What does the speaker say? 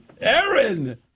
Aaron